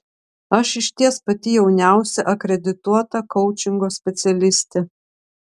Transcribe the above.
aš išties pati jauniausia akredituota koučingo specialistė